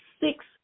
six